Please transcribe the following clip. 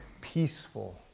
peaceful